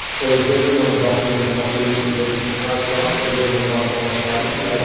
well, is everyone a doctor in the property investment space bryce? has everyone got qualifications?